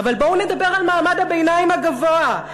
אבל בואו נדבר על מעמד הביניים הגבוה,